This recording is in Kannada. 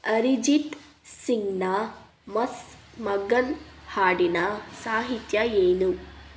ಅರಿಜಿತ್ ಸಿಂಗ್ನ ಮಸ್ತ್ ಮಗನ್ ಹಾಡಿನ ಸಾಹಿತ್ಯ ಏನು